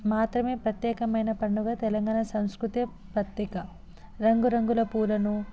మాత్రమే ప్రత్యేకమయిన పండుగ తెలంగాణ సాంస్కృతిక ప్రత్యేక రంగు రంగుల పూలను